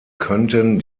könnten